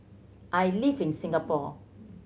I live in Singapore